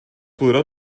podrà